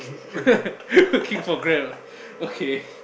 working for Grab ah okay